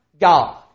God